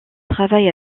travail